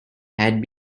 had